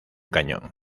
cañón